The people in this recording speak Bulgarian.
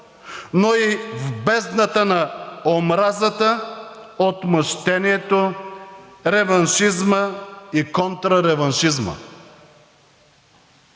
но и в бездната на омразата, отмъщението, реваншизма и контрареваншизма.